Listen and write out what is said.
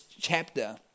chapter